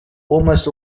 almost